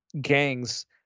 gangs